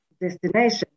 destination